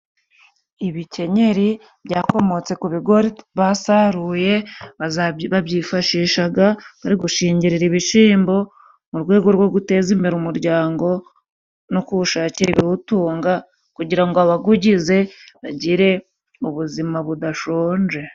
Ibikenyeri byakomotse ku bigori basaruye babyifashishaga bari gushingirira ibishimbo mu rwego rwo guteza imbere umuryango no kuwushakira ibiwutunga, kugira ngo abagugize bagire ubuzima budashonje.